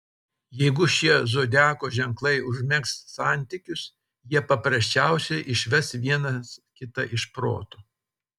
jeigu šie zodiako ženklai užmegs santykius jie paprasčiausiai išves vienas kitą iš proto